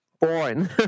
born